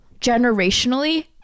generationally